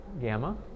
gamma